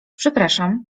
przepraszam